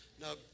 No